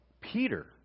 Peter